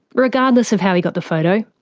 regardless of how he got the photo,